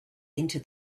into